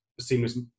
seamless